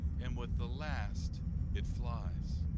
and with the last it flies.